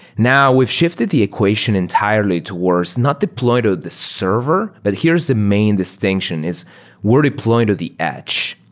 now, we've shifted the equation entirely towards not deploy to the server, but here's the main distinction, is we're deploying to the edge.